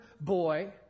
boy